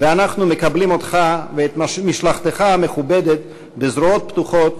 ואנחנו מקבלים אותך ואת משלחתך המכובדת בזרועות פתוחות,